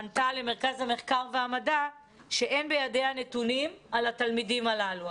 ענתה למרכז המרכז והמידע שאין בידיה נתונים על התלמידים הללו,